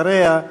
אחריה,